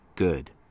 Good